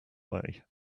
way